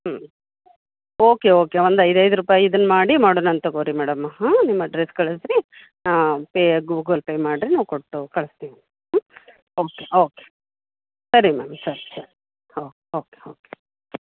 ಹ್ಞೂ okay okay ಒಂದು ಐದು ಐದು ರೂಪಾಯಿ ಇದನ್ನು ಮಾಡಿ ಮಾಡೋಣಂತೆ ತೊಗೋ ರೀ ಮೇಡಮ್ ಹಾಂ ನಿಮ್ಮ ಅಡ್ರಸ್ ಕಳಿಸ್ರಿ ಹಾಂ ಪೇ ಗೂಗಲ್ಪೇ ಮಾಡಿರಿ ನಾವು ಕೊಟ್ಟು ಕಳಿಸ್ತೀವಿ ಹ್ಞೂ ಓಕೆ ಓಕೆ ಸರಿ ಮ್ಯಾಮ್ ಸರಿ ಸರಿ ಹಾಂ ಓಕೆ ಓಕೆ